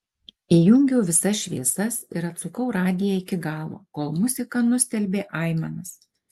įjungiau visas šviesas ir atsukau radiją iki galo kol muzika nustelbė aimanas